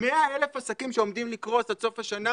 100,000 עסקים שעומדים לקרוס עד סוף השנה